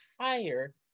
higher